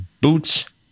boots